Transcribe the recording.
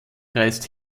reist